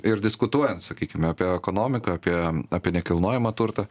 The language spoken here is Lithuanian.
ir diskutuojant sakykime apie ekonomiką apie apie nekilnojamą turtą